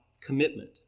commitment